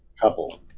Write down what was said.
couple